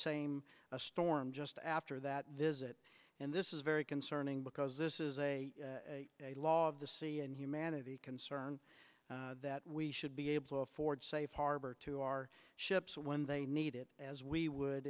same storm just after that visit and this is very concerning because this is a law of the sea and humanity concerned that we should be able ford safe harbor to our ships when they need it as we would